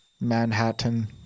Manhattan